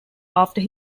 after